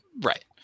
Right